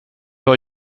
har